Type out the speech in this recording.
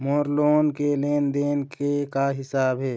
मोर loan के लेन देन के का हिसाब हे?